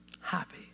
happy